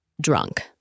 Drunk